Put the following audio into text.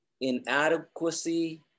inadequacy